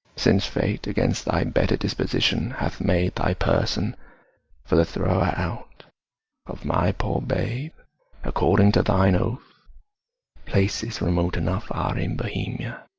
since fate, against thy better disposition, hath made thy person for the thrower-out of my poor babe according to thine oath places remote enough are in bohemia,